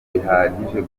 bihagije